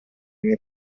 nei